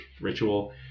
ritual